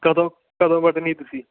ਕਦੋਂ ਕਦੋਂ ਵੱਢਣੀ ਤੁਸੀਂ